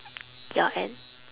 ya and